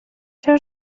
چرا